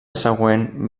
següent